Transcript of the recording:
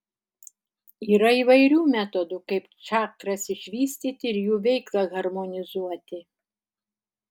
yra įvairių metodų kaip čakras išvystyti ir jų veiklą harmonizuoti